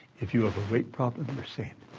if you have a weight problem, you're saying,